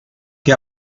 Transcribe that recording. che